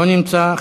לא נמצא.